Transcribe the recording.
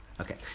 Okay